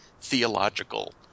theological